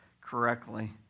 correctly